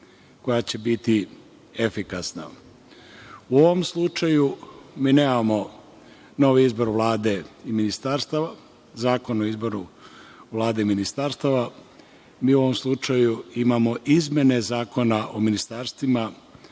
koja će biti efikasna.U ovom slučaju, mi nemamo novi izbor Vlade i ministarstava, Zakon o izboru Vlade i ministarstava, mi u ovom slučaju imamo izmene Zakona o ministarstvima